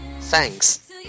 Thanks